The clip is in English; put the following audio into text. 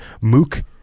Mook